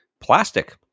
Plastic